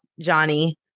johnny